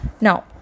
now